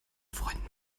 freunden